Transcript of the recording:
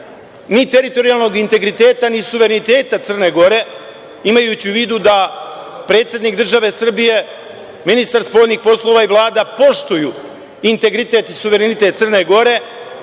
ni teritorijalnog integriteta ni suvereniteta Crne Gore, imajući u vidu da predsednik države Srbije, ministar spoljnih poslova i Vlada poštuju integritet, suverenitet Crne Gore? Da